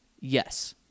yes